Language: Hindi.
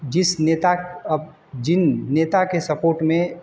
जिस नेता अब जिन नेता के सपोट में